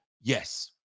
yes